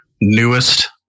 newest